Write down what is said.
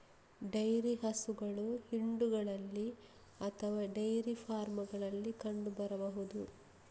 dairy ಹಸುಗಳು ಹಿಂಡುಗಳಲ್ಲಿ ಅಥವಾ ಡೈರಿ ಫಾರ್ಮುಗಳಲ್ಲಿ ಕಂಡು ಬರಬಹುದು